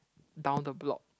down the block